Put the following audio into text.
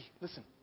listen